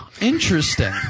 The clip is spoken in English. interesting